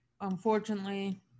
Unfortunately